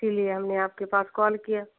इसीलिए हमने आपके पास कॉल किए